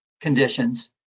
conditions